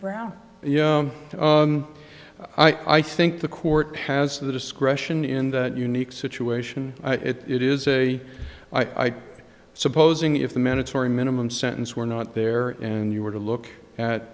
brown yeah i think the court has the discretion in that unique situation it is a i think supposing if the mandatory minimum sentence were not there and you were to look at